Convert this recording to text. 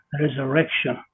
resurrection